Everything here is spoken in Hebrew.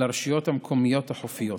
על הרשויות המקומיות החופיות.